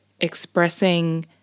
expressing